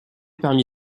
parmi